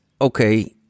okay